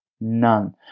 none